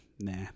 nah